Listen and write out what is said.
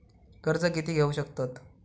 कर्ज कीती घेऊ शकतत?